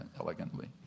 elegantly